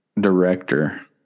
director